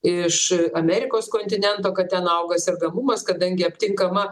iš amerikos kontinento kad ten auga sergamumas kadangi aptinkama